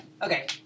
Okay